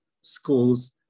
schools